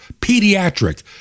pediatric